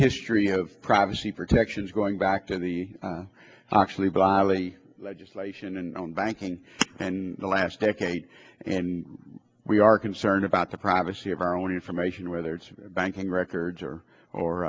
history of privacy protections going back to the actually bodily legislation and on banking and the last decade and we are concerned about the privacy of our own information whether its banking records or or